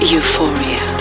Euphoria